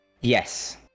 Yes